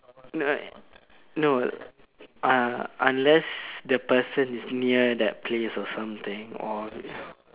no no uh unless the person is near that place or something or